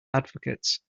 advocates